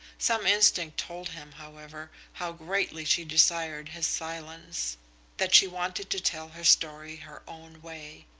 some instinct told him, however, how greatly she desired his silence that she wanted to tell her story her own way.